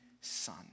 son